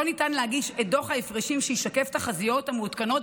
לא ניתן להגיש את דוח ההפרשים שישקף תחזיות מעודכנות